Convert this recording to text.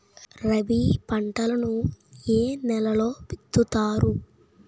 రబీ పంటలను ఏ నెలలో విత్తుతారు?